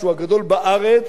רק בשנה האחרונה,